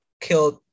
killed